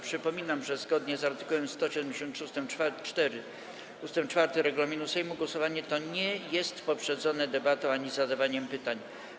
Przypominam, że zgodnie z art. 173 ust. 4 regulaminu Sejmu głosowanie to nie jest poprzedzone debatą ani zadawaniem pytań.